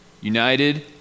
United